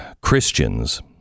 Christians